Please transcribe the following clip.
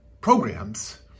programs